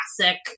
classic